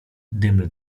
dymy